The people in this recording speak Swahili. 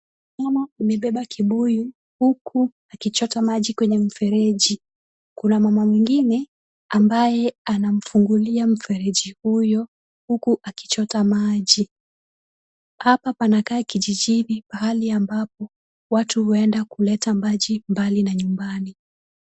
Mama amebeba kibuyu huku akichota maji kwenye mfereji. kuna mama mwingine ambaye anamfungulia mfereji huyo huku akichota maji. Hapa panakaa kijijini pahali ambapo watu huenda kuleta maji mbali na nyumbani.